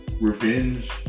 Revenge